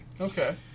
Okay